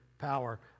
power